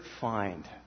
find